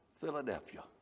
Philadelphia